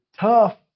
Tough